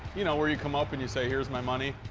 you know, where you come up, and you say, here's my money.